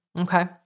okay